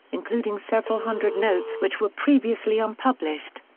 including several hundred notes which were previously unpublished.